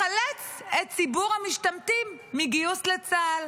לחלץ את ציבור המשתמטים מגיוס לצה"ל.